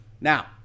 Now